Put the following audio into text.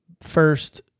first